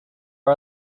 are